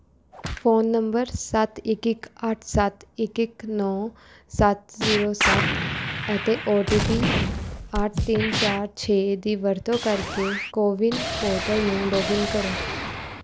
phone number ਸੱਤ ਇੱਕ ਇੱਕ ਅੱਠ ਸੱਤ ਇੱਕ ਇੱਕ ਨੌਂ ਸੱਤ ਜ਼ੀਰੋ ਸੱਤ ਅਤੇ ਓ ਟੀ ਪੀ ਅੱਠ ਤਿੰਨ ਚਾਰ ਛੇ ਦੀ ਵਰਤੋਂ ਕਰਕੇ ਕੋਵਿਨ ਪੋਰਟਲ ਨੂੰ ਲੌਗਇਨ ਕਰੋ